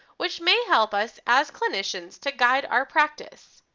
which may help us as clinicians to guide our practice.